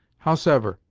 howsever,